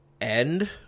end